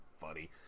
funny